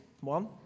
one